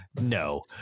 No